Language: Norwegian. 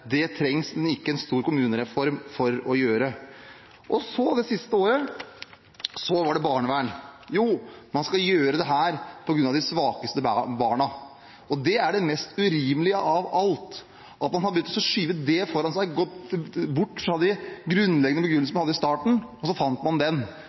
Det trengs det ikke en stor kommunereform for å gjøre. Og så det siste året var det barnevern. Man skal gjøre dette på grunn av de svakeste barna. Det er det mest urimelige av alt, at man har begynt å skyve det foran seg, gått bort fra de grunnleggende begrunnelsene man hadde i starten – og så fant man den,